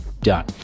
Done